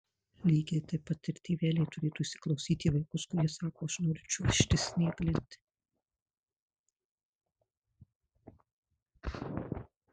lygiai taip pat ir tėveliai turėtų įsiklausyti į vaikus kurie sako aš noriu čiuožti snieglente